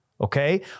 okay